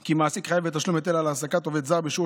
כי מעסיק חייב בתשלום היטל על העסקת עובד זר בשיעור